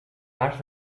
parts